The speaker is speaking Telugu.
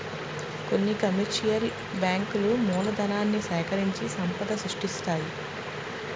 కొన్ని కమర్షియల్ బ్యాంకులు మూలధనాన్ని సేకరించి సంపద సృష్టిస్తాయి